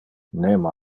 nemo